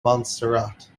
montserrat